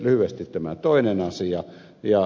lyhyesti tämä toinen asia